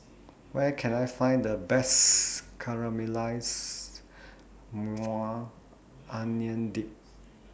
Where Can I Find The Best Caramelized Onion Dip